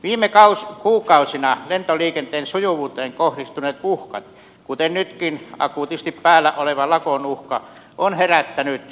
viime kuukausina lentoliikenteen sujuvuuteen kohdistuneet uhkat kuten nytkin akuutisti päällä oleva lakon uhka ovat herättäneet kasvavaa huolta